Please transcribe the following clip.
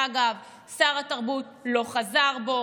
אגב, שר התרבות לא חזר בו.